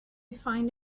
find